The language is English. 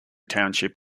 township